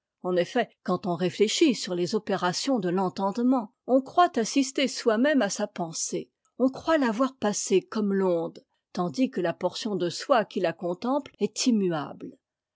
en effet quand on réfléchit sur les opérations de l'entendement on croit assister soimême à sa pensée on croit la voir passer comme l'onde tandis que la portion de soi qui la contemple est immuable